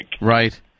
Right